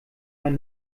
man